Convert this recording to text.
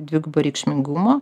dvigubo reikšmingumo